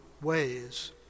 ways